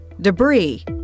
debris